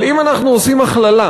אבל אם אנחנו עושים הכללה,